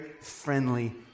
friendly